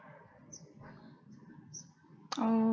oh